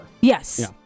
Yes